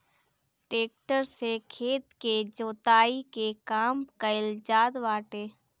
tractor से खेत के जोताई के काम कइल जात बाटे